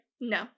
No